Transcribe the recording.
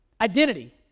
Identity